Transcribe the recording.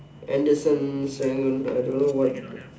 Anderson Serangoon I don't know what